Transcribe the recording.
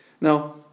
Now